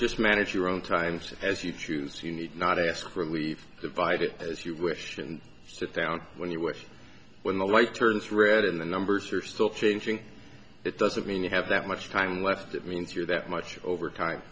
just manage your own time see as you choose you need not ask really divided as you wish to sit down when you wish when the light turns red in the numbers are still changing it doesn't mean you have that much time left it means you're that much over time